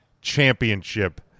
Championship